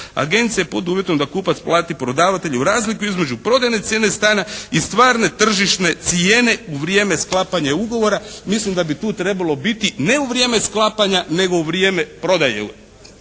Agencije, pod uvjetom da kupac plati prodavatelju razliku između prodajne cijene stana i stvarne, tržišne cijene u vrijeme sklapanja ugovora.“ Mislim da bi tu trebalo biti ne u vrijeme sklapanja, nego u vrijeme prodaje.